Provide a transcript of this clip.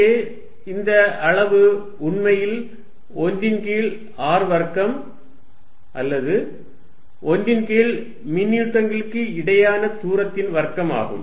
இங்கே இந்த அளவு உண்மையில் 1 ன் கீழ் r வர்க்கம் அல்லது 1 ன் கீழ் மின்னூட்டங்களுக்கு இடையிலான தூரத்தின் வர்க்கம் ஆகும்